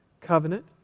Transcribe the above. covenant